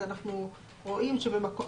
אז אנחנו רואים שבמקום,